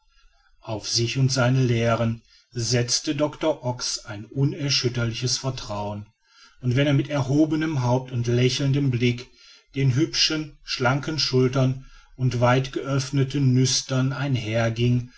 auf sich und seine lehren setzte doctor ox ein unerschütterliches vertrauen und wenn er mit erhobenem haupt und lächelndem blick den hübschen schlanken schultern und weitgeöffneten nüstern einherging